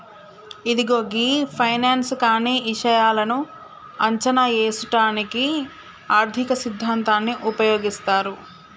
ఇదిగో గీ ఫైనాన్స్ కానీ ఇషాయాలను అంచనా ఏసుటానికి ఆర్థిక సిద్ధాంతాన్ని ఉపయోగిస్తారు